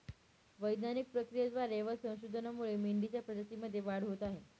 वैज्ञानिक प्रक्रियेद्वारे व संशोधनामुळे मेंढीच्या प्रजातीमध्ये वाढ होत आहे